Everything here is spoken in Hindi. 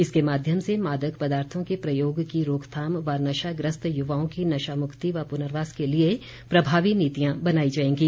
इसके माध्यम से मादक पदार्थों के प्रयोग की रोकथाम व नशाग्रस्त युवाओं की नशामुक्ति व पुनर्वास के लिए प्रभावी नीतियां बनाई जाएंगी